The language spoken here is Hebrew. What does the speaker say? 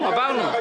גמרנו.